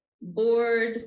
board